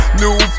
new